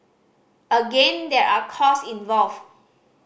again there are cost involved